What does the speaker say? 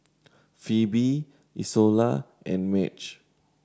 Pheobe Izola and Madge